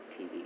TV